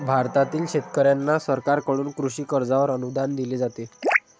भारतातील शेतकऱ्यांना सरकारकडून कृषी कर्जावर अनुदान दिले जाते